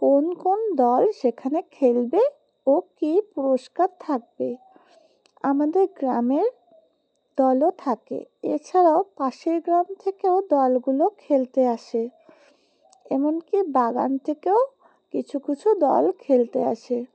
কোন কোন দল সেখানে খেলবে ও কী পুরস্কার থাকবে আমাদের গ্রামের দলও থাকে এছাড়াও পাশের গ্রাম থেকেও দলগুলো খেলতে আসে এমনকি বাগান থেকেও কিছু কিছু দল খেলতে আসে